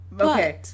Okay